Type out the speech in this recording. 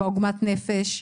בעוגמת הנפש.